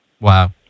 Wow